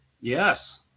Yes